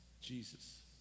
Jesus